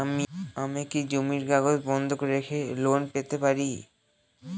আমি কি জমির কাগজ বন্ধক রেখে লোন পেতে পারি?